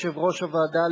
יושב-ראש הוועדה,